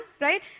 right